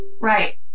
right